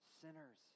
sinners